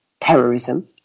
terrorism